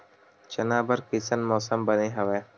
चना बर कइसन मौसम बने हवय?